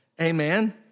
Amen